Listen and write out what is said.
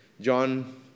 John